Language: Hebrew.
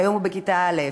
שהיום הוא בכיתה א',